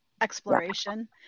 exploration